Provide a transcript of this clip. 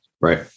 right